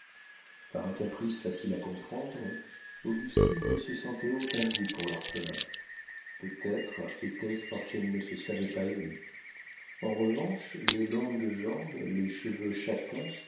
par un caprice facile à comprendre augustine ne se sentait aucun goût pour l'orphelin peut-être était-ce parce qu'elle ne se savait pas aimée en revanche les longues jambes les cheveux châtains